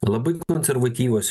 labai konservatyvios